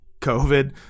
COVID